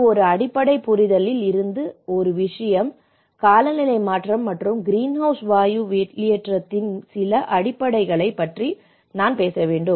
இது ஒரு அடிப்படை புரிதலில் இருந்து ஒரு விஷயம் காலநிலை மாற்றம் மற்றும் கிரீன்ஹவுஸ் வாயு வெளியேற்றத்தின் சில அடிப்படைகளைப் பற்றி நான் பேச வேண்டும்